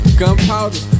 gunpowder